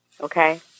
Okay